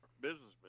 businessman